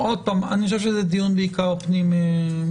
אני חושב שזה בעיקר דיון פנים ממשלתי.